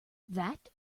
that